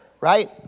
right